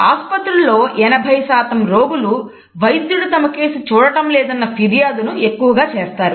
ఆసుపత్రులలో 80 రోగులు వైద్యుడు తమకేసి చూడటం లేదన్న ఫిర్యాదును ఎక్కువగా చేస్తారు